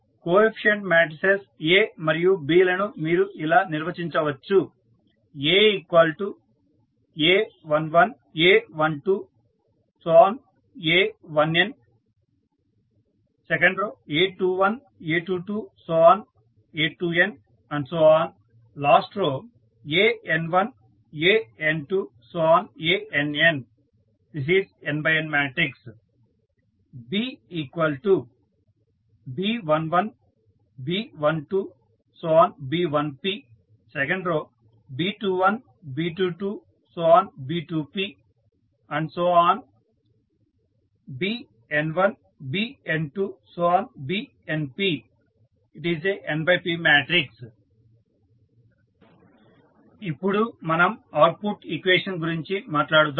coefficient matrices A మరియు B లను మీరు ఇలా నిర్వచించవచ్చు Aa11 a12 a1n a21 a22 a2n ⋮⋱ an1 an2 ann n×n Bb11 b12 b1p b21 b22 b2p ⋮⋱ bn1 bn2 bnp n×p ఇప్పుడు మనం output equation గురించి మాట్లాడుదాం